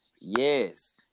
yes